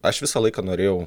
aš visą laiką norėjau